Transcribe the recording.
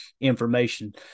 information